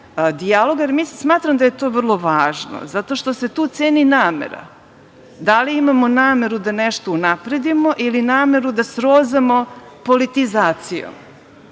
dijaloga jer smatram da je to vrlo važno zato što se tu ceni namera – da li imamo nameru da nešto unapredimo ili nameru da srozamo politizacijom,